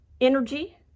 energy